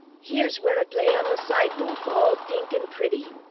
here's where ut lay on the sidewalk, all pink an' pretty.